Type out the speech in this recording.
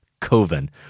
Coven